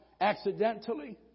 accidentally